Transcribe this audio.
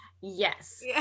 Yes